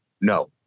No